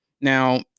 Now